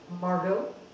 Margot